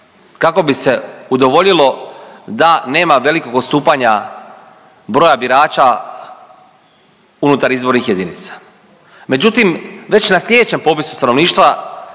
kako bi se udovoljilo da nema velikog odstupanja broja birača unutar izbornih jedinica. Međutim, već na slijedećem popisu stanovništva